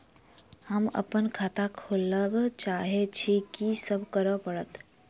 हम अप्पन खाता खोलब चाहै छी की सब करऽ पड़त?